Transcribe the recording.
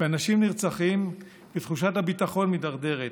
אנשים נרצחים ותחושת הביטחון מידרדרת.